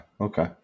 Okay